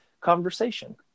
conversation